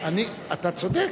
אתה צודק.